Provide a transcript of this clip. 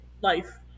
life